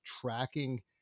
tracking